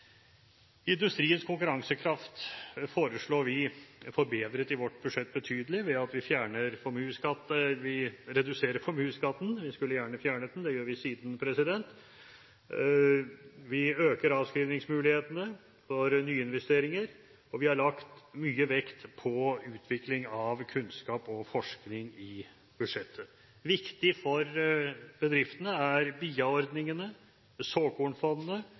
industriens konkurransekraft betydelig forbedret ved at vi reduserer formuesskatten – vi skulle gjerne fjernet den, det gjør vi siden – og vi øker avskrivningsmulighetene for nyinvesteringer. Vi har lagt mye vekt på utvikling av kunnskap og forskning i budsjettet. Viktig for bedriftene er BIA-ordningene, såkornfondene